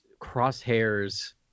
Crosshairs